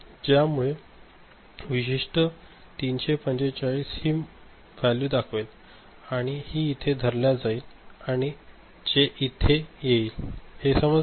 त्या मुळे हा विशिष्ट काउंटर 345 हि वॅल्यू दाखवेल आणि हि इथे धरल्या जाईल आणि जे इथे येईल हे समजले